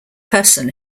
person